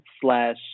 slash